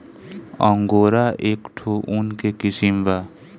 angora एक ठो ऊन के किसिम बा